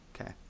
Okay